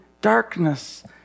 darkness